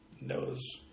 knows